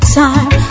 time